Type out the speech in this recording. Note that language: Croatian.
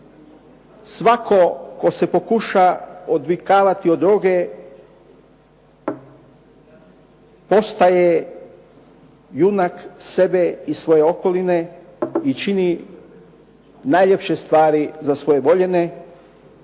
svako tko se pokuša odvikavati od droge postaje junak sebe i svoje okoline i čini najljepše stvari za svoje voljene